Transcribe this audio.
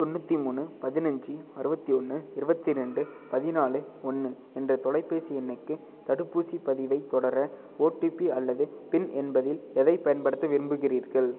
தொண்ணூற்றி மூணு பதினஞ்சு அறுபத்தி ஒன்று இருபத்தி ரெண்டு பதினாலு ஒன்று என்ற தொலைபேசி எண்ணுக்கு தடுப்பூசிப் பதிவைத் தொடர ஓடிபி அல்லது பின் என்பதில் எதைப் பயன்படுத்த விரும்புகிறீர்கள்